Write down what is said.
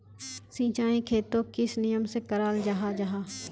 सिंचाई खेतोक किस नियम से कराल जाहा जाहा?